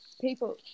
people